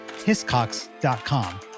hiscox.com